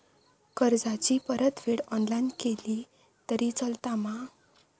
कर्जाची परतफेड ऑनलाइन केली तरी चलता मा?